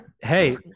hey